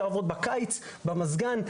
אפשר לעבוד בקיץ במזגן,